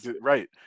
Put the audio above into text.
right